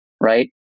right